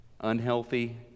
unhealthy